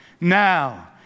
Now